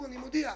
אני מודיע: